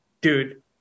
Dude